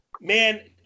man